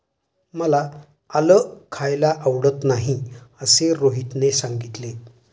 मला आलं खायला आवडत नाही असे रोहितने सांगितले